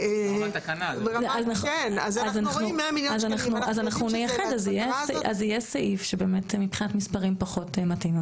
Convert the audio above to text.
אז יהיה סעיף שבאמת מבחינת מספרים פחות מתאים,